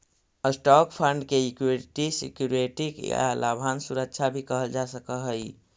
stock fund के equity security या लाभांश सुरक्षा भी कहल जा सकऽ हई